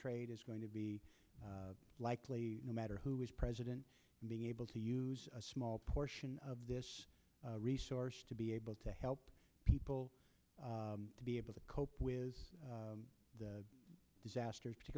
trade is going to be likely no matter who is president being able to use a small portion of this resource to be able to help people to be able to cope with the disaster